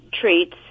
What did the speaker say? treats